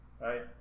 right